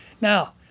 Now